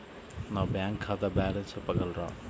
నా బ్యాంక్ ఖాతా బ్యాలెన్స్ చెప్పగలరా?